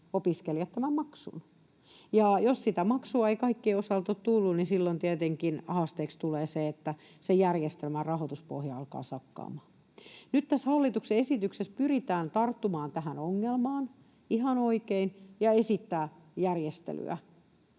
opiskelijat tämän maksun. Ja jos sitä maksua ei kaikkien osalta ole tullut, niin silloin tietenkin haasteeksi tulee se, että sen järjestelmän rahoituspohja alkaa sakkaamaan. Nyt tässä hallituksen esityksessä pyritään tarttumaan tähän ongelmaan, ihan oikein, ja esittämään järjestelyä.